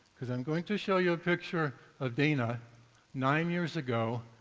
because i am going to show you a picture of dana nine years ago,